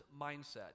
mindset